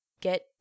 get